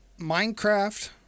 Minecraft